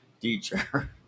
teacher